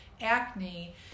acne